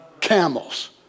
camels